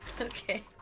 Okay